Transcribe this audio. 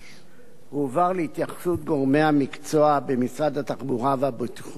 הועבר להתייחסות גורמי המקצוע במשרד התחבורה והבטיחות בדרכים.